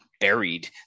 buried